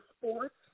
sports